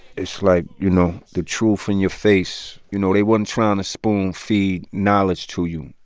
it's like, you know, the truth in your face. you know, they weren't trying to spoon-feed knowledge to you.